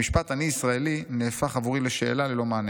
המשפט "אני ישראלי" נהפך עבורי לשאלה ללא מענה.